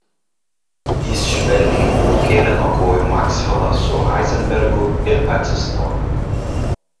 jis švelniai nukėlė nuo kojų maksvelą su heizenbergu ir atsistojo